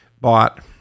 bought